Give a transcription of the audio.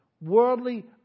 worldly